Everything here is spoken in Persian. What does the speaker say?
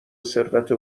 ثروت